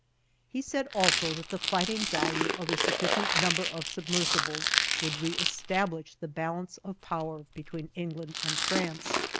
he said also that the fighting value of a sufficient number of submersibles would reestablish the balance of power between england and france.